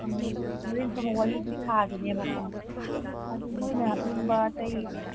ꯍꯣꯔꯦꯟꯁꯨ ꯑꯃꯨꯛ ꯋꯥꯔꯤꯗꯨ ꯁꯥꯒꯤꯅꯦꯕꯀꯣ ꯑꯗꯨ ꯅꯣꯏꯅ ꯍꯥꯞꯅꯤꯡꯕ ꯑꯇꯩ